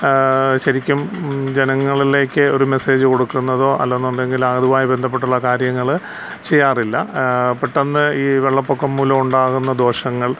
ശരിക്കും ജനങ്ങളിലേക്ക് ഒരു മെസ്സേജ് കൊടുക്കുന്നതൊ അല്ലെന്നുണ്ടെങ്കിൽ അതുമായി ബന്ധപ്പെട്ടുള്ള കാര്യങ്ങൾ ചെയ്യാറില്ല പെട്ടെന്ന് ഈ വെള്ളപ്പൊക്കം മൂലമുണ്ടാകുന്ന ദോഷങ്ങൾ